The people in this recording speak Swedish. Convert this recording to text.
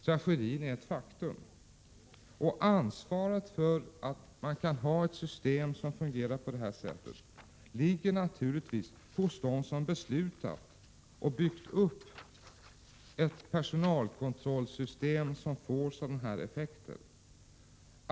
Tragedin är ett faktum. Ansvaret för att systemet kan fungera på det här sättet ligger naturligtvis hos dem som beslutat och byggt upp ett personalkontrollsystem som får sådana här effekter.